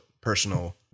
personal